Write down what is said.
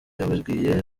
yababwiye